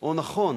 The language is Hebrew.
או נכון